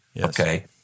Okay